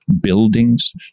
buildings